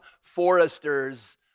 foresters